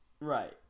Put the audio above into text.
Right